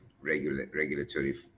regulatory